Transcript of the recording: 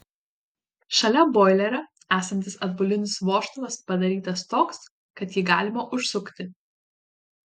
šalia boilerio esantis atbulinis vožtuvas padarytas toks kad jį galima užsukti